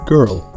Girl